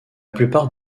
plupart